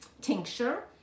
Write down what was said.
tincture